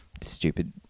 Stupid